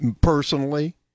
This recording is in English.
Personally